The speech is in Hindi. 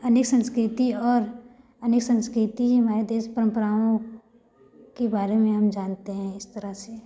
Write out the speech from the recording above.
अनेक संस्कृति और अनेक संस्कृति ही हमारे देश परम्पराओं के बारे में हम जानते हैं इस तरह से